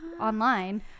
online